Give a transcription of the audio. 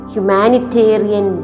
humanitarian